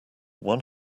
one